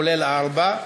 כולל 4,